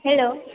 hello